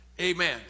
amen